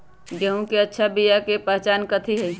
गेंहू के अच्छा बिया के पहचान कथि हई?